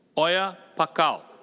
oya pakkal.